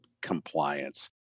compliance